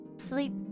Sleep